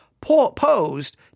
posed